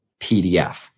PDF